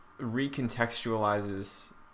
recontextualizes